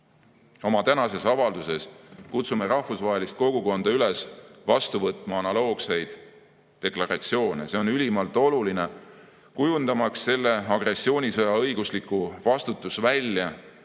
Oma tänases avalduses kutsume rahvusvahelist kogukonda üles vastu võtma analoogseid deklaratsioone. See on ülimalt oluline, kujundamaks selle agressioonisõja õiguslikku vastutusvälja,